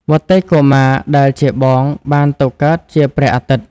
វត្តិ កុមារ ដែលជាបងបានទៅកើតជា ព្រះអាទិត្យ។